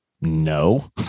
no